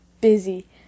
busy